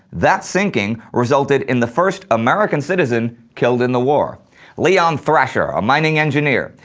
that sinking resulted in the first american citizen killed in the war leon thrasher, a mining engineer.